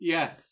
Yes